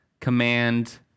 command